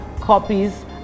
copies